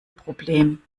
problem